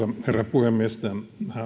puhemies tämä